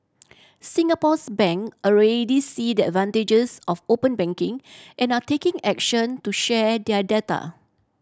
Singapore's bank already see the advantages of open banking and are taking action to share their data